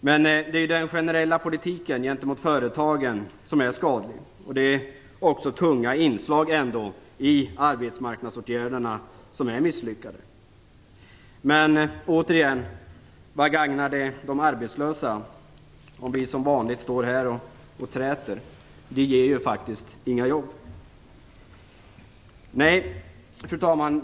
Men det är den generella politiken gentemot företagen som är skadlig, och tunga inslag i arbetsmarknadsåtgärderna är misslyckade. Men vad gagnar det de arbetslösa om vi som vanligt står här och träter? Det ger faktiskt inga jobb. Fru talman!